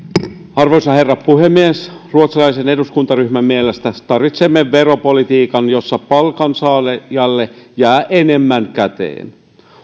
arvoisa herra puhemies ruotsalaisen eduskuntaryhmän mielestä tarvitsemme veropolitiikan jossa palkansaajalle jää enemmän käteen